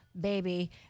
baby